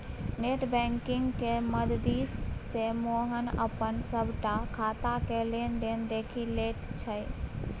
net बैंकिंगक मददिसँ मोहन अपन सभटा खाताक लेन देन देखि लैत छथि